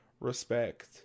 respect